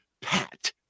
Pat